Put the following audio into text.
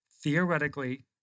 theoretically